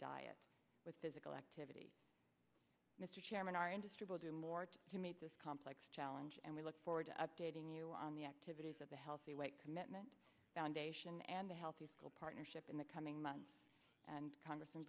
diet with physical activity mr chairman our industry will do more to meet this complex challenge and we look forward to updating you on the activities of a healthy weight commitment foundation and a healthy school partnership in the coming months and congress and